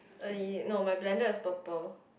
uh no my blender is purple